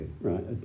right